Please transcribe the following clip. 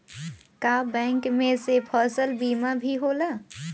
का बैंक में से फसल बीमा भी होला?